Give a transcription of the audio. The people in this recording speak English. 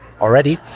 already